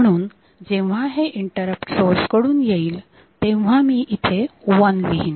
म्हणून जेव्हा हे इंटरप्ट सोर्स कडून येईल तेव्हा मी इथे वन लिहीन